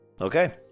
okay